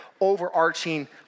overarching